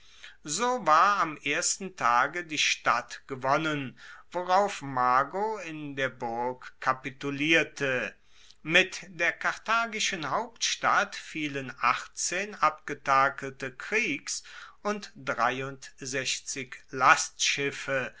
so war am ersten tage die stadt gewonnen worauf mago in der burg kapitulierte mit der karthagischen hauptstadt fielen achtzehn abgetakelte kriegs und lastschiffe